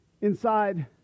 inside